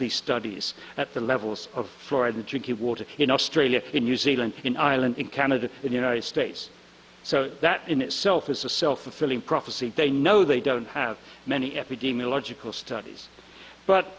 the studies at the levels of florida drinking water in australia in new zealand in ireland in canada in the united states so that in itself is a self fulfilling prophecy they know they don't have many epidemiological studies but